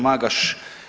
Magaš.